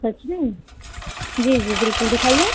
सच में जी जी बिल्कुल दिखाइए